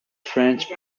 french